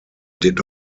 did